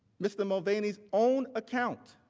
mr. mulvaney's own accounts,